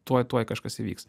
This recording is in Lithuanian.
tuoj tuoj kažkas įvyks